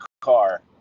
car